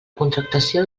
contractació